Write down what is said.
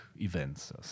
events